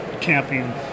camping